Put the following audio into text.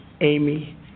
Amy